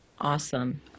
Awesome